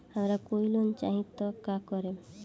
हमरा कोई लोन चाही त का करेम?